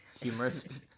Humorist